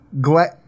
Glad